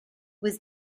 was